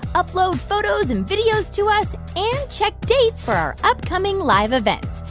upload photos and videos to us and check dates for our upcoming live events.